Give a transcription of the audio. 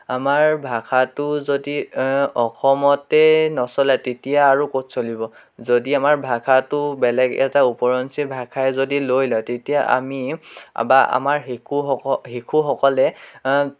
আমাৰ ভাষাটো যদি অসমতেই নচলে তেতিয়া আৰু ক'ত চলিব যদি আমাৰ ভাষাটো বেলেগ এটা উপৰঞ্চি ভাষাই যদি লৈ লয় তেতিয়া আমি বা আমাৰ শিশুসক শিশুসকলে